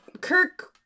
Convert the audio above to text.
Kirk